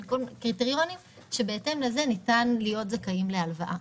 קריטריונים שבהתאם לזה ניתן להיות זכאים להלוואה.